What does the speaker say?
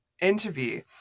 interview